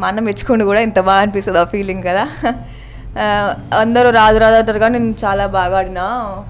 మా అన్న మెచ్చుకుండు కూడా ఎంత బాగా అనిపిస్తుంది ఆ ఫీలింగ్ కదా అందరు రాదు రాదు అంటున్నారు చాలా బాగా ఆడినాను